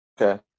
Okay